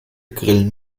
grillen